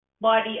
body